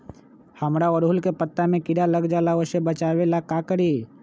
हमरा ओरहुल के पत्ता में किरा लग जाला वो से बचाबे ला का करी?